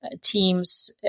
teams